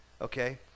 Okay